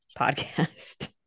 podcast